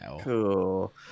Cool